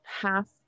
half